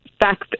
Back